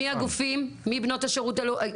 מי הגופים, מי בנות השירות הלאומי.